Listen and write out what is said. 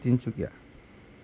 Tinsukia